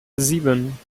sieben